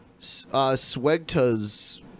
Swegta's